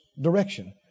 direction